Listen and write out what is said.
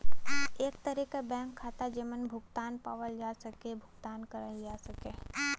एक तरे क बैंक खाता जेमन भुगतान पावल जा सके या भुगतान करल जा सके